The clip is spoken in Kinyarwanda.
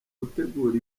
utegura